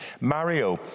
Mario